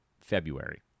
February